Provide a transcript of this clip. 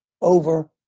over